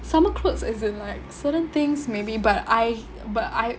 summer clothes as in like certain things maybe but I but I